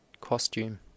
costume